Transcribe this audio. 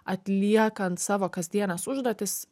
atliekant savo kasdienes užduotis